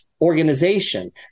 organization